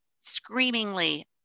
Screamingly